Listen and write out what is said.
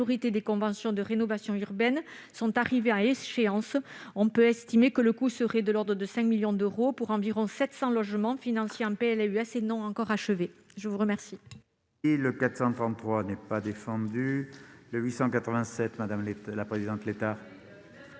des conventions de rénovation urbaine sont arrivées à échéance. Nous estimons que le coût serait de l'ordre de 5 millions d'euros, pour environ 700 logements financés en PLUS et non encore achevés. L'amendement